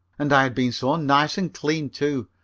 and i had been so nice and clean, too,